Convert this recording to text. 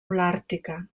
holàrtica